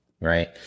right